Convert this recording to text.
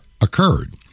occurred